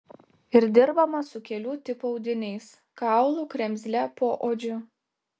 ir dirbama su kelių tipų audiniais kaulu kremzle poodžiu